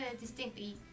distinctly